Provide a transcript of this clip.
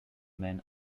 men